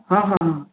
हँ हँ हँ